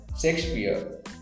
Shakespeare